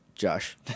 Josh